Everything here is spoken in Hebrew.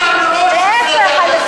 להפך, להפך.